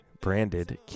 branded